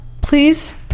Please